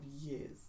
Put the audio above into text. years